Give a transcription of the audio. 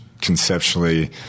conceptually